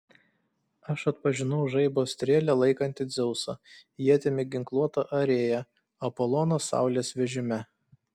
aš atpažinau žaibo strėlę laikantį dzeusą ietimi ginkluotą arėją apoloną saulės vežime